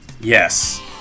Yes